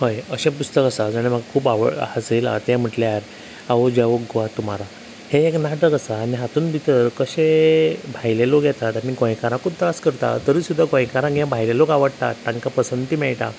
हय अशें पुस्तक आसा जाणें म्हाका खूब आवड हासयला तें म्हणल्यार आओ जाओ गोवा तुम्हारा हें एक नाटक आसा आनी हांतून भितर अशें भायलें लोक येतात आनी गोंयकारांकूत त्रास करतात तरी सुद्दां गोंयकारांक हें भायलें लोक आवडटात तांकां पसंती मेळटा